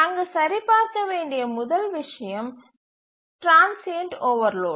அங்கு சரிபார்க்க வேண்டிய முதல் விஷயம் டிரான்ஸ்சியன்ட் ஓவர்லோட்